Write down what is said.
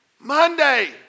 Monday